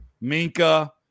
Minka